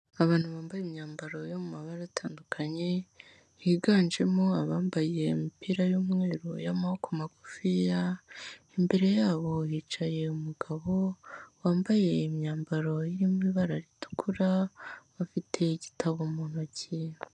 Abantu bambaye imyambaro yo mu mabara atandukanye, higanjemo abambaye imipira y'umweru y'amaboko magufiya, imbere yabo hicaye umugabo wambaye imyambaro iri mu ibara ritukura, bafite igitabo mu ntoki.